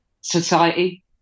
society